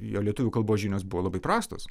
jo lietuvių kalbos žinios buvo labai prastos